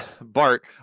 Bart